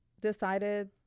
decided